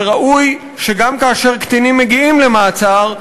וראוי שגם כאשר קטינים מגיעים למעצר,